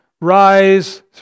rise